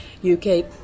UK